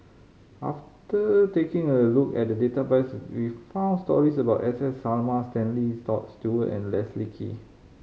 after taking a look at the database we found stories about S S Sarma Stanley Toft Stewart and Leslie Kee